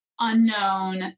unknown